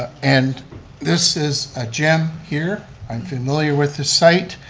and this is a gem here, i'm familiar with this site.